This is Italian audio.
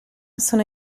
sono